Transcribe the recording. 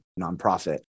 nonprofit